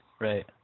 Right